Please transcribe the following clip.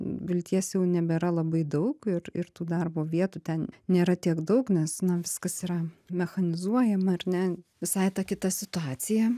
vilties jau nebėra labai daug ir ir tų darbo vietų ten nėra tiek daug nes na viskas yra mechanizuojama ar ne visai ta kita situacija